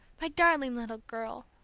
my darling little girl!